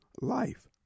life